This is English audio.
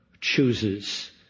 chooses